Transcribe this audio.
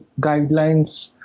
guidelines